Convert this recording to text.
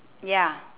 ya